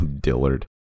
Dillard